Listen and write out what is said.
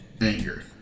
Anger